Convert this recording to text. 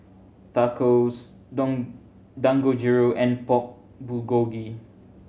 Tacos Dangojiru and Pork Bulgogi